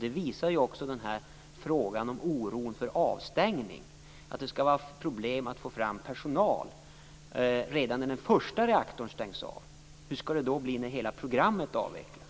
Det visar ju också oron för avstängningen och för att det skall vara problem med att få fram personal redan när den första reaktorn stängs av. Hur skall det då bli när hela programmet avvecklas?